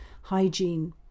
hygiene